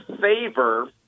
favor